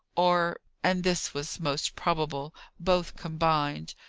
or and this was most probable both combined,